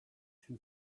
two